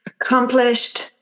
accomplished